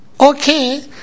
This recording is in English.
Okay